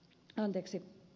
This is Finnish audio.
anteeksi